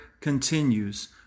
continues